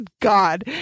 God